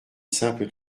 simple